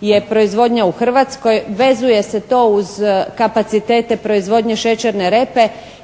je proizvodnja u Hrvatskoj, vezuje se to uz kapacitete proizvodnje šećerne repe.